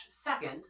second